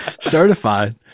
certified